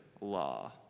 law